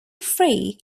free